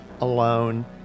alone